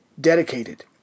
dedicated